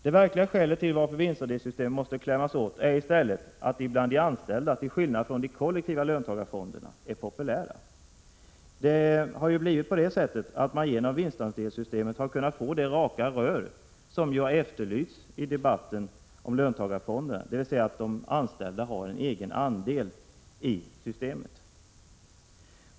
Det verkliga skälet till att vinstandelssystemen måste klämmas åt är i stället att de, till skillnad från de kollektiva löntagarfonderna, är populära bland de anställda. Genom vinstandelssystem har man så att säga kunnat få de raka rör som efterlysts i debatten om löntagarfonderna, dvs. de anställda får en egen andel.